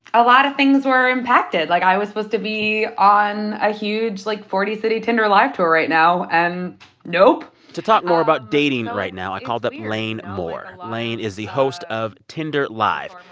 a lot of things were impacted. like, i was supposed to be on a huge, like, forty city tinder live tour right now. and nope to talk more about dating right now, i called up lane moore. lane is the host of tinder live.